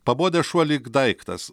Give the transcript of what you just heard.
pabodęs šuo lyg daiktas